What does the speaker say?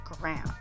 ground